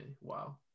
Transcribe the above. Wow